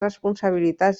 responsabilitats